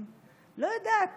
לא יודעת